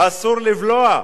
אסור לבלוע.